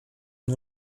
nur